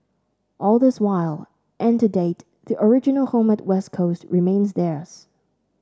all this while and to date the original home at West Coast remains theirs